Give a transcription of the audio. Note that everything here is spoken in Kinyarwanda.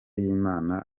y’inama